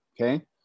Okay